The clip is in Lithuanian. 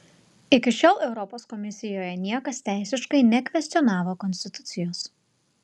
iki šiol europos komisijoje niekas teisiškai nekvestionavo konstitucijos